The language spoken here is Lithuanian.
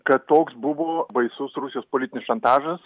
kad toks buvo baisus rusijos politinis šantažas